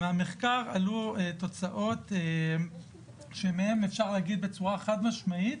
במחקר עלו תוצאות שמהם אפשר להגיד בצורה חד משמעית